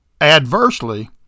adversely